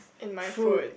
in my food